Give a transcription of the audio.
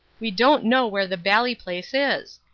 we don't know where the bally place is.